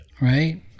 Right